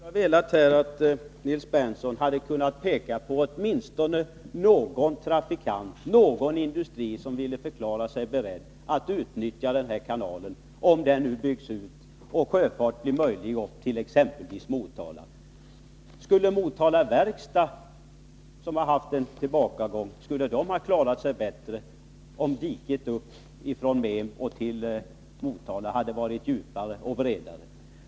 Fru talman! Jag skulle önska att Nils Berndtson hade kunnat peka på åtminstone någon industri som ville förklara sig beredd att utnyttja kanalen — om den byggs ut och sjöfart blir möjlig upp till exempelvis Motala. Skulle Motala Verkstad, som haft en tillbakagång, ha klarat sig bättre om diket upp från Mem till Motala hade varit djupare och bredare?